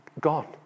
gone